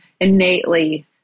innately